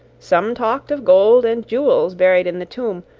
some talked of gold and jewels buried in the tomb,